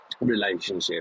relationship